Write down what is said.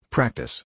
Practice